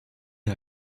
est